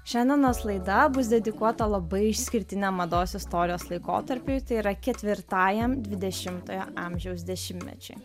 šiandienos laida bus dedikuota labai išskirtniam mados istorijos laikotarpiui tai yra ketvirtajam dvidešimtojo amžiaus dešimtmečiui